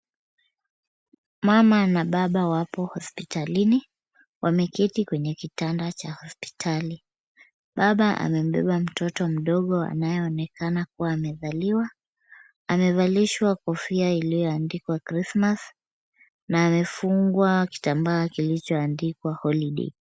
Mama na baba wapo hospitalini. Wameketi kwenye kitanda cha hospitali. Baba amembeba mtoto mdogo anayeonekana kuwa amezaliwa. Amevalishwa kofia iliyoandikwa Christmas na amefungwa kitambaa kilichoandikwa holiday .